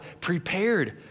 prepared